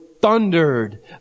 Thundered